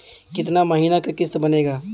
कितना महीना के किस्त बनेगा?